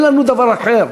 אין לנו דבר אחר.